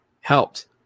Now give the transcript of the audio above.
helped